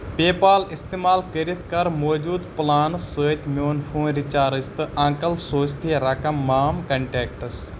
پے پال استعمال کٔرِتھ کَر موٗجوٗدٕ پلٕان سۭتۍ میون فون ریچارٕج تہٕ اَنکل سوٗزتی رقم مام کنٹیکٹَس